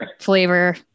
flavor